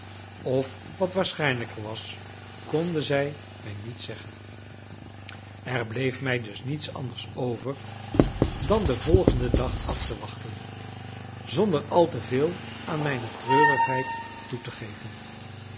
of wat waarschijnlijker was konden zij mij niets zeggen er bleef mij dus niets anders over dan den volgenden dag af te wachten zonder al te veel aan mijne treurigheid toe te geven